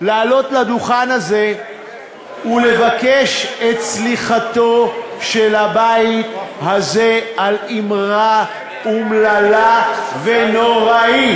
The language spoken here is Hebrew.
לעלות לדוכן הזה ולבקש את סליחתו של הבית הזה על אמרה אומללה ונוראית.